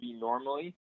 normally